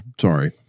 Sorry